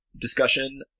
discussion